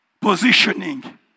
positioning